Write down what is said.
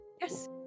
Yes